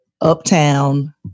Uptown